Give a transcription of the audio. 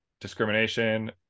discrimination